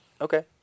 okay